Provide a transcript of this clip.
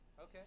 Okay